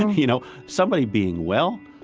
you know somebody being well,